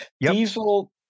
diesel